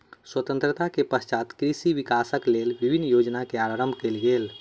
स्वतंत्रता के पश्चात कृषि विकासक लेल विभिन्न योजना के आरम्भ कयल गेल